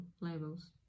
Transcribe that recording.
levels